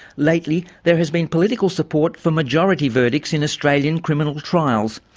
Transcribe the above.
lately, there has been political support for majority verdicts in australian criminal trials.